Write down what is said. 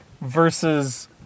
versus